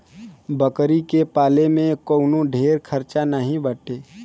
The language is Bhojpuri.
बकरी के पाले में कवनो ढेर खर्चा नाही बाटे